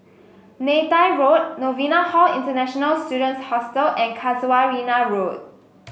Neythai Road Novena Hall International Students Hostel and Casuarina Road